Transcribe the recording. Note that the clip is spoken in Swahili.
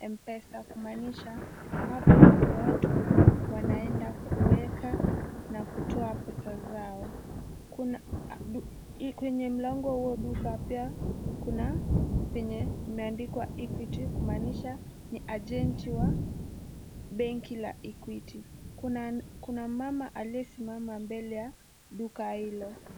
'M-Pesa' kumaanisha hapo ndio watu wanaenda kuweka na kutoa pesa zao. Kwenye mlango wa huo dukapia kuna penye imeandikwa 'Equity' kumaanisha ni agenti wa benki ya Equity. Kuna mama aliyesimama mbele ya duka hilo.